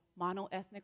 monoethnic